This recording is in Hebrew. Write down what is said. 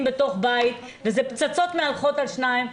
בתוך בית וזה פצצות מהלכות על שניים,